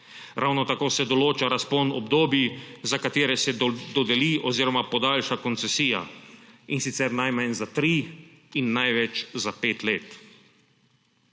Ravno tako se določa razpon obdobij, za katera se dodeli oziroma podaljša koncesija, in sicer najmanj za tri in največ za pet let.